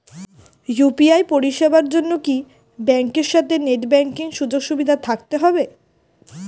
UPI পরিষেবার জন্য কি ব্যাংকের সাথে নেট ব্যাঙ্কিং সুযোগ সুবিধা থাকতে হবে?